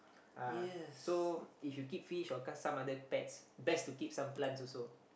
uh so if you keep fish or some other pets best to keep some plants also